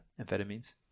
amphetamines